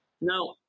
Now